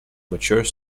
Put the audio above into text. mature